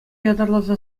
ятарласа